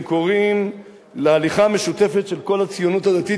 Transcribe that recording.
שהם קוראים להליכה משותפת של כל הציונות הדתית,